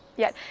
yet,